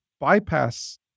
bypass